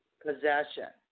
possession